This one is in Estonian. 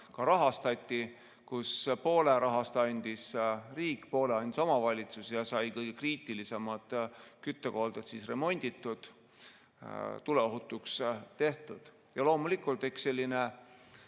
rahastati, kus poole rahast andis riik, poole andis omavalitsus ja nii sai kõige kriitilisemad küttekolded remonditud ja tuleohutuks tehtud. Loomulikult, eks selline